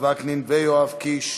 יצחק וקנין ויואב קיש.